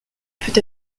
peut